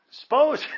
suppose